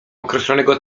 określonego